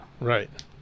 Right